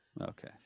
Okay